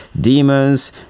demons